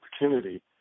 opportunity